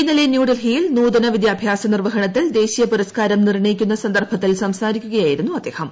ഇന്നലെ ന്യൂഡൽഹിയിൽ ന്യൂതന വിദ്യാഭ്യാസ നിർവഹണത്തിൽ പുരസ്ക്കാരം നിർണയിക്കുന്ന സന്ദർഭത്തിൽ ദേശീയ സംസാരിക്കുകയായിരുന്നു അദ്ദേഹം